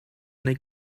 neu